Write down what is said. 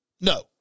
No